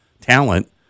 talent